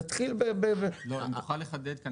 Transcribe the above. אם תוכל לחדד.